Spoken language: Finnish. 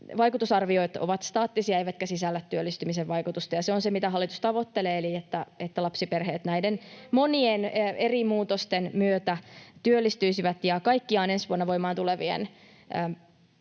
vaikutusarviot ovat staattisia eivätkä sisällä työllistymisen vaikutusta. Se on se, mitä hallitus tavoittelee, eli sitä, että lapsiperheet näiden monien eri muutosten myötä työllistyisivät. Kaikkiaan ensi vuonna voimaan tulevien